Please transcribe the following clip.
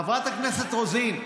חברת הכנסת רוזין,